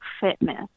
fitness